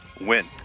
Win